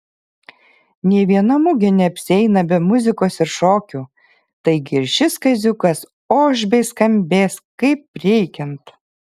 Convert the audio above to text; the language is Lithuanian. nė viena mugė neapsieina be muzikos ir šokių taigi ir šis kaziukas oš bei skambės kaip reikiant